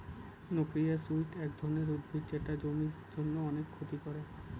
noxious weed এক ধরনের উদ্ভিদ যেটা জমির জন্য অনেক ক্ষতি করে